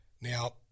Now